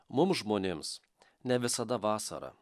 mums žmonėms ne visada vasara